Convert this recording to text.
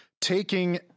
taking